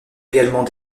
également